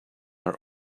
are